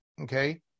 okay